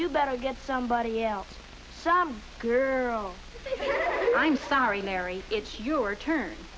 you better get somebody else some girl i'm sorry mary it's your turn